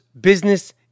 business